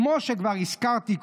// כמו שכבר הזכרתי,